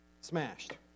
smashed